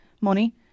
money